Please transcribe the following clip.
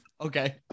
okay